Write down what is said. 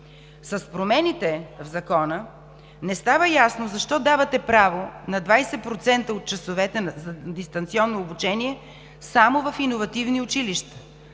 С промените в Закона не става ясно защо давате право на 20% от часовете за дистанционно обучение само в иновативни училища.